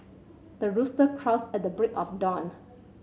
the rooster crows at the break of dawn